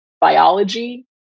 biology